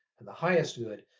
and the highest good,